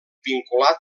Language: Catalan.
vinculat